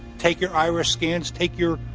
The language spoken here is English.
take your iris scans, take your,